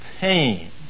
pain